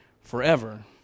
forever